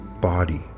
body